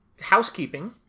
Housekeeping